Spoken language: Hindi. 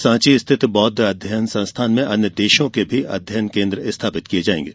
सॉची स्थित बौद्ध अध्ययन संस्थान में अन्य देशों के भी अध्ययन केन्द्र स्थापित किये जायेंगे